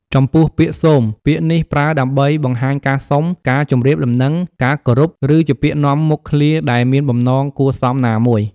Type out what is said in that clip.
ចំពោះពាក្យ សូម ពាក្យនេះប្រើដើម្បីបង្ហាញការសុំ ការជម្រាបដំណឹង ការគោរព ឬជាពាក្យនាំមុខឃ្លាដែលមានបំណងគួរសមណាមួយ។